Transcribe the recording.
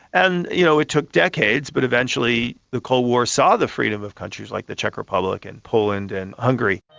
and you know it took decades but eventually the cold war saw the freedom of countries like the czech republic and poland and hungary.